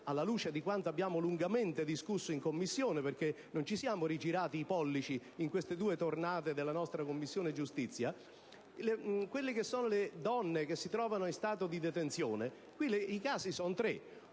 alla luce di quanto abbiamo lungamente discusso in Commissione, dove non ci siamo girati i pollici in queste due tornate dalla nostra Commissione giustizia. I casi di donne che si trovano in stato di detenzione sono tre.